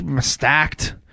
stacked